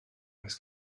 oes